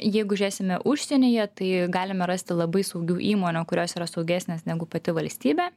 jeigu žiesime užsienyje tai galime rasti labai saugių įmonių kurios yra saugesnės negu pati valstybė